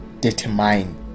determine